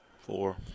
Four